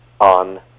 on